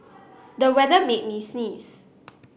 the weather made me sneeze